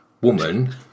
woman